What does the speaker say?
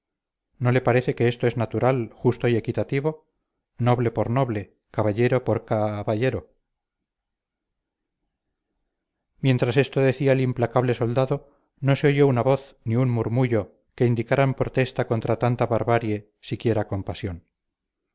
no le parece que esto es natural justo y equitativo noble por noble caballero por ca ballero mientras esto decía el implacable soldado no se oyó una voz ni un murmullo que indicaran protesta contra tanta barbarie siquiera compasión